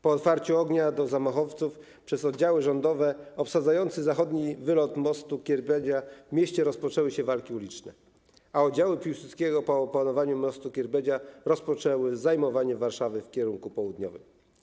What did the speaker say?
Po otwarciu ognia do zamachowców przez oddziały rządowe obsadzające zachodni wylot mostu Kierbedzia w mieście rozpoczęły się walki uliczne, a oddziały Piłsudskiego po opanowaniu mostu Kierbedzia rozpoczęły zajmowanie Warszawy w kierunku południowym.